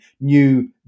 new